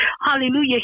Hallelujah